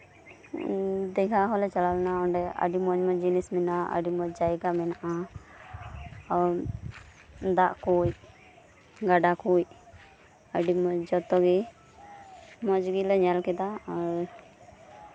ᱫᱤᱜᱷᱟ ᱦᱚᱞᱮ ᱪᱟᱞᱟᱣ ᱞᱮᱱᱟ ᱚᱱᱰᱮ ᱦᱚᱸ ᱟᱭᱢᱟ ᱡᱤᱱᱤᱥ ᱢᱮᱱᱟᱜᱼᱟ ᱟᱭᱢᱟ ᱡᱟᱭᱜᱟ ᱢᱮᱱᱟᱜᱼᱟ ᱟᱨ ᱫᱟᱜ ᱠᱚᱡ ᱜᱟᱰᱟ ᱠᱚᱡ ᱟᱹᱰᱤ ᱢᱚᱸᱡ ᱡᱚᱛᱚ ᱜᱮ ᱢᱚᱸᱡ ᱜᱮᱞᱮ ᱧᱮᱞ ᱠᱮᱫᱟ ᱟᱨ